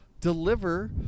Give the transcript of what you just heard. deliver